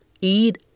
Eat